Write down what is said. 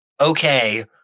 okay